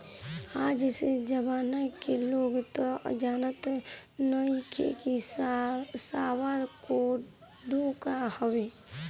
आज के जमाना के लोग तअ जानते नइखे की सावा कोदो का हवे